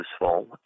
useful